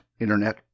internet